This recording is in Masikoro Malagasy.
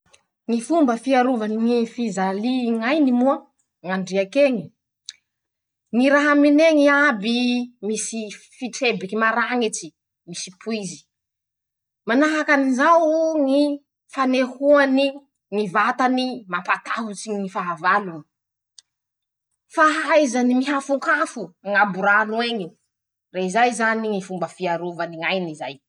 Ñy fomba fiaroavany ñy physalie ñ'ainy moa ñ'andriaky eñy<ptoa>: -ñy raha aminy eñy iaby misy fitrebiky marañitsy. misy poizy. manahaky anizao ñy fanehoany ñy vatany mampatahotsy ñy fahavalony. fahaizany mihafonkafo. añabo rano eñy. rezay zany ñy fomba fiarovany ñ'ainy zay.